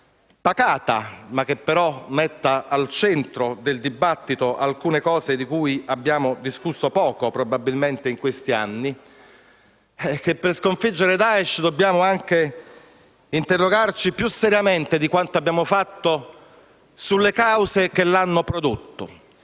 pacata che però metta al centro del dibattito alcune questioni di cui probabilmente abbiamo discusso poco in questi anni) che per sconfiggere Daesh dobbiamo interrogarci più seriamente di quanto abbiamo fatto sulle cause che l'hanno prodotto.